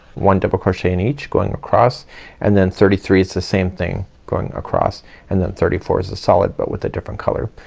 one double crochet in each going across and then thirty three it's the same thing going across and then thirty four is a solid but with a different color.